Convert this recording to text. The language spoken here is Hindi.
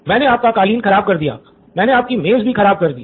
मैंने आपका कालीन खराब कर दिया मैंने आपकी मेज़ भी खराब कर दी